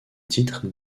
titre